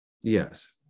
Yes